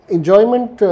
Enjoyment